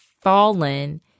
fallen